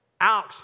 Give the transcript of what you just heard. out